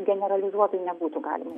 generalizuotai nebūtų galima